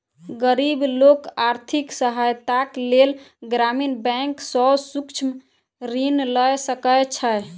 गरीब लोक आर्थिक सहायताक लेल ग्रामीण बैंक सॅ सूक्ष्म ऋण लय सकै छै